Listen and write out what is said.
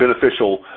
beneficial